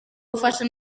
gufasha